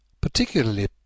Particularly